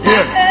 Yes